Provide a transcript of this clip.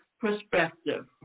perspective